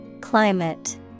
Climate